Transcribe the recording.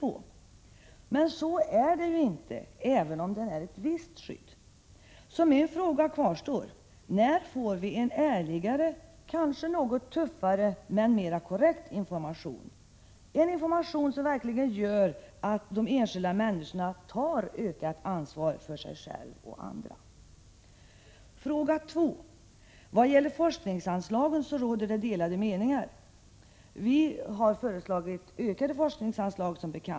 Men helt säkert är det ju inte, även om det ger ett visst skydd. Min fråga kvarstår därför: När får vi en ärligare, kanske något tuffare, men mera korrekt information, en information som verkligen gör att enskilda människor tar ett ökat ansvar för sig själva och andra? 2. I fråga om forskningsanslagen råder det delade meningar — vi har som bekant föreslagit ökade forskningsanslag.